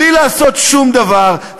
בלי לעשות שום דבר.